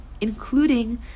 including